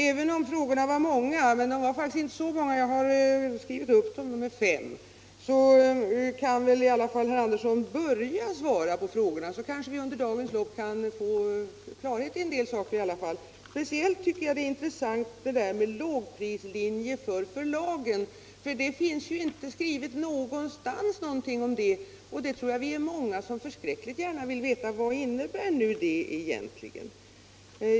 Även om frågorna var många — men de var faktiskt inte så många, jag har skrivit upp dem och de är fem — kan väl herr Andersson i alla fall börja svara på dem, så kanske vi under dagens lopp kan få klarhet i en del saker. Speciellt tycker jag att det där med lågprislinje för förlagen är intressant. Det finns ingenting skrivet någonstans om det. Vi är många som förskräckligt gärna vill veta vad det egentligen innebär.